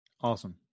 Awesome